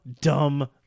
dumb